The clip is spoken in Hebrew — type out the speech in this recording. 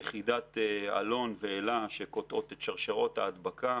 יחידת אלון ואלה שקוטעות את שרשראות ההדבקה,